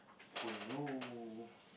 oh no